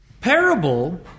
parable